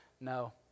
no